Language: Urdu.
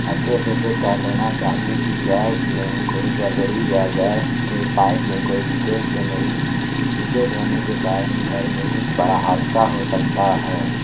اچھے سے چیک کر لینا چاہیے کہ گیس میں کوئی گڑبڑی یا گیس کے پائپ میں کوئی لیکیز تو نہیں لیکیج ہونے کے کارن گھر میں کچھ بڑا حادثہ ہو سکتا ہے